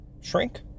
shrink